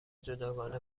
جداگانه